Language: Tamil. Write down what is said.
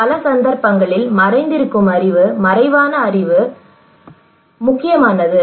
பல சந்தர்ப்பங்களில் மறைந்திருக்கும் அறிவு மறைவான அறிவு முக்கியமானது